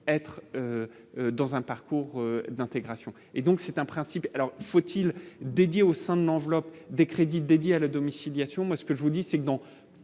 être dans un parcours d'intégration et donc c'est un principe alors faut-il dédié au sein de l'enveloppe des crédits dédiés à la domiciliation, moi ce que je vous dis, c'est que dans